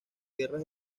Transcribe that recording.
tierras